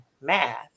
math